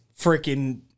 freaking